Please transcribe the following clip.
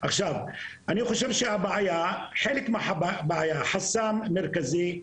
אני חושב שחלק מהבעיה, חסם מרכזי או